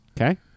Okay